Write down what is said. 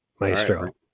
Maestro